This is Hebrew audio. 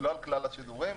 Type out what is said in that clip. ולא על כלל השידורים.